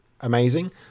amazing